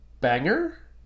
banger